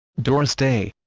doris day